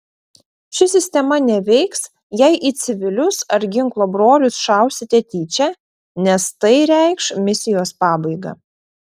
ši sistema neveiks jei į civilius ar ginklo brolius šausite tyčia nes tai reikš misijos pabaigą